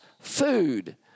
food